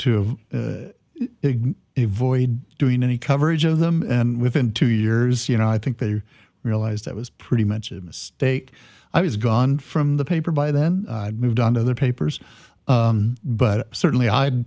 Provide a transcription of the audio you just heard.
of a void doing any coverage of them and within two years you know i think they realized that was pretty much a mistake i was gone from the paper by then had moved on to other papers but certainly i